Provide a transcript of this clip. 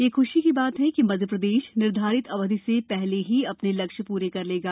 यह खुशी की बात है कि मध्यप्रदेश निर्धारित अवधि से पूर्व ही अपने लक्ष्य पूरे कर लेगा